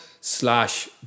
slash